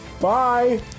Bye